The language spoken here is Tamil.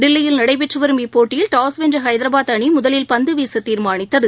தில்லியில் நடைபெற்று வரும் இப்போட்டியில் டாஸ் வென்ற ஹைதராபாத் அணி முதலில் பந்து வீச தீர்மானித்தது